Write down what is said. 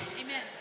Amen